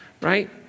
right